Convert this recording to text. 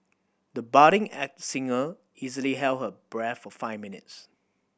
the budding singer easily held her breath for five minutes